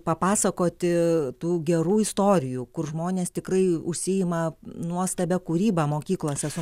papasakoti tų gerų istorijų kur žmonės tikrai užsiima nuostabia kūryba mokyklose su